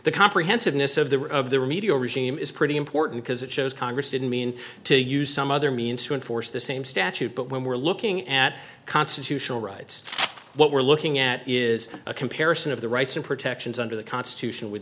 the comprehensiveness of the or of the remedial regime is pretty important because it shows congress didn't mean to use some other means to enforce the same statute but when we're looking at constitutional rights what we're looking at is a comparison of the rights and protections under the constitution with